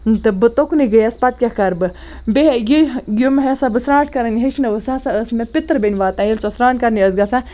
تہٕ بہٕ تُکنٕے گٔیَس پَتہٕ کیاہ کَرٕ بہٕ یِم ہَسا بہٕ سرانٛٹھ کَرٕنۍ ہیٚچھنٲوٕس سُہ ہَسا ٲسۍ مےٚ پِتٕر بیٚنہِ واتان ییٚلہِ سۄ سران کَرنہِ ٲسۍ گَژھان